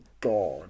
god